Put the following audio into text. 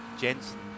Jensen